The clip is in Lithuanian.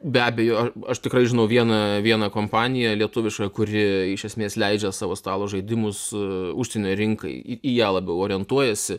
be abejo aš tikrai žinau vieną vieną kompaniją lietuvišką kuri iš esmės leidžia savo stalo žaidimus užsienio rinkai į ją labiau orientuojasi